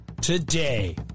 today